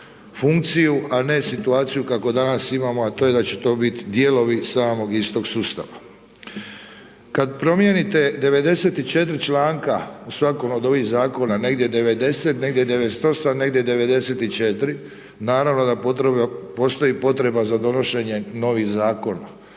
funkciju a ne situaciju kako danas imamo a to je da će to biti dijelovi samog istog sustava. Kad promijenite 94 članka u svakom od ovih zakona, negdje 90, negdje 98, negdje 94, naravno da postoji potreba za donošenjem novih zakona.